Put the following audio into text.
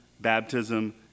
baptism